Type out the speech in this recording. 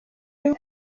you